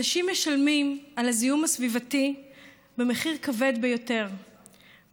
אנשים משלמים על הזיהום הסביבתי מחיר כבד ביותר,